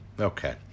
Okay